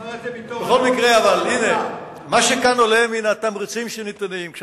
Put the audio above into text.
מה שכאן עולה מן התמריצים שניתנים הוא